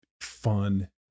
fun